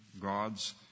God's